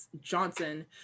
Johnson